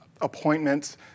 appointments